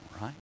right